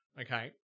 Okay